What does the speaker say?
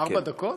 ארבע דקות?